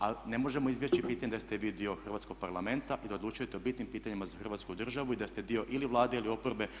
Ali ne možemo izbjeći pitanje da ste vi dio Hrvatskog sabora i da odlučujete o bitnim pitanjima za Hrvatsku državu i da ste dio ili Vlade ili oporbe.